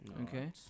Okay